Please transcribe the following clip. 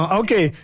okay